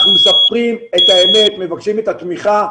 אנחנו מספרים את האמת, מבקשים את התמיכה.